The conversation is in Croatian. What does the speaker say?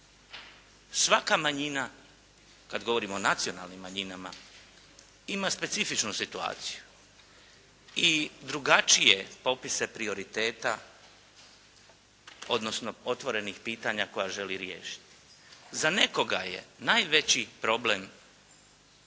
Svaka manjina kad govorimo o nacionalnim manjinama ima specifičnu situaciju i drugačije popise prioriteta odnosno otvorenih pitanja koja želi riješiti. Za nekoga je najveći problem